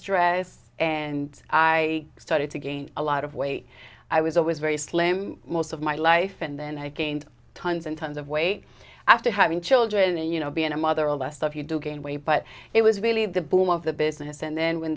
stress and i started to gain a lot of weight i was always very slim most of my life and then i gained tons and tons of weight after having children and you know being a mother all of us stuff you do gain weight but it was really the boom of the business and then when